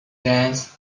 dance